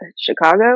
Chicago